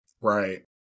Right